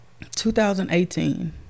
2018